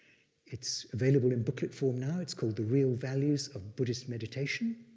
it's available in booklet form now. it's called the real values of buddhist meditation,